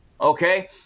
okay